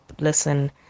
listen